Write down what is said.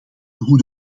hoe